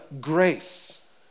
grace